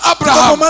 Abraham